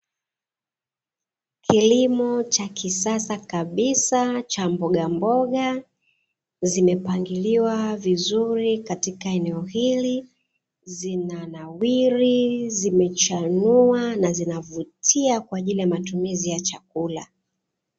Kilimo cha kisasa kabisa cha mbogamboga zimepangiliwa vizuri katika eneo hili, zinanawiri zimechanua na zinavutia kwa ajili ya matumizi ya chakula.